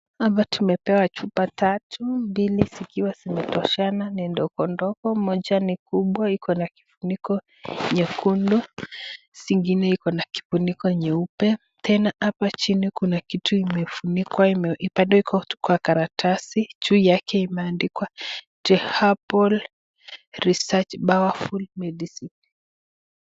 Hapa tumepewa chupa tatu, mbili zikiwa zimetoshana ni ndogo ndogo. Moja ni kubwa iko na kifuniko nyekundu, zingine iko na kifuniko nyeupe. Tena hapa chini kuna kitu imefunikwa bado iko kwa karatasi juu yake imeandikwa The Herbal Research Powerful Medicine .